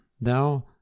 thou